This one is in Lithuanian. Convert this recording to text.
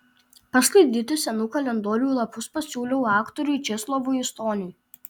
pasklaidyti senų kalendorių lapus pasiūliau aktoriui česlovui stoniui